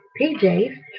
PJs